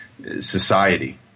society